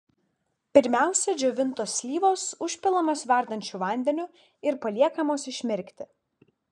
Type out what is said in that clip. pirmiausia džiovintos slyvos užpilamos verdančiu vandeniu ir paliekamos išmirkti